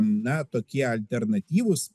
na tokie alternatyvūs